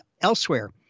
elsewhere